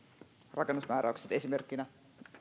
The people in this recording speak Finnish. rakennusmääräykset esimerkkinä